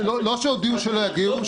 לא שהודיעו שלא יגיעו,